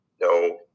no